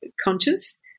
conscious